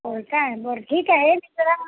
हो काय बरं ठीक आहे मी जरा